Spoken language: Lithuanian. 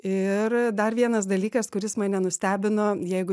ir dar vienas dalykas kuris mane nustebino jeigu